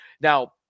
Now